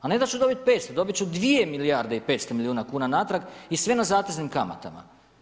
A ne da ću dobiti 500, dobiti ću 2 milijaarde i 500 milijuna kuna, natrag i sve na zateznim kamatama.